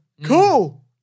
Cool